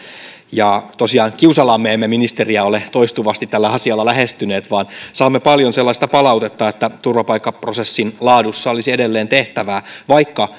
tosiaan kiusallaan me emme ministeriä ole toistuvasti tässä asiassa lähestyneet vaan saamme paljon sellaista palautetta että turvapaikkaprosessin laadussa olisi edelleen tehtävää vaikka